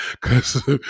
Cause